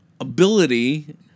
ability